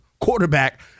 quarterback